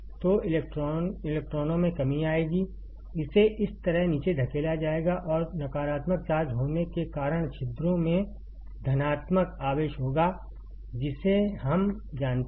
तो इलेक्ट्रॉनों में कमी आएगी इसे इस तरह नीचे धकेला जाएगा और नकारात्मक चार्ज होने के कारण छिद्रों में धनात्मक आवेश होगा जिसे हम जानते हैं